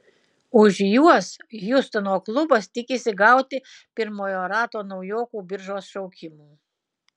už juos hjustono klubas tikisi gauti pirmojo rato naujokų biržos šaukimų